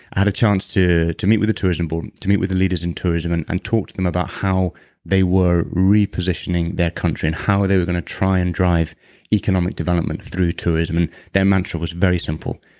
ah chance to to meet with the tourism board, to meet with the leaders in tourism and and talk to them about how they were repositioning their country and how they were going to try and drive economic development through tourism and their mantra was very simple,